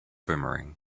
boomerang